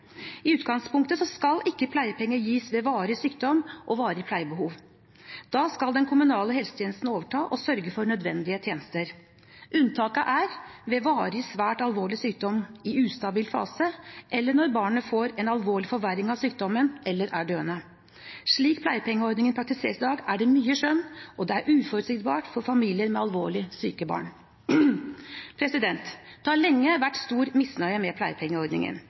I utgangspunktet skal ikke pleiepenger gis ved varig sykdom og ved varig pleiebehov. Da skal den kommunale helsetjenesten overta og sørge for nødvendige tjenester. Unntaket er ved varig, svært alvorlig sykdom i ustabil fase eller når barnet får en alvorlig forverring av sykdommen eller er døende. Slik pleiepengeordningen praktiseres i dag, er det mye skjønn, og det er uforutsigbart for familier med alvorlig syke barn. Det har lenge vært stor misnøye med pleiepengeordningen.